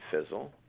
fizzle